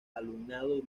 alumnado